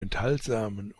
enthaltsamen